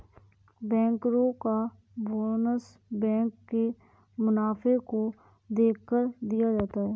बैंकरो का bonus bank के मुनाफे को देखकर दिया जाता है